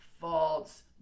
false